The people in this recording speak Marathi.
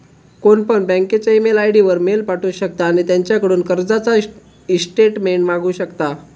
कोणपण बँकेच्या ईमेल आय.डी वर मेल पाठवु शकता आणि त्यांच्याकडून कर्जाचा ईस्टेटमेंट मागवु शकता